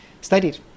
studied